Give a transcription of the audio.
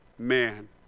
man